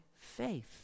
faith